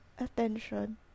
attention